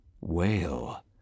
whale